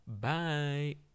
Bye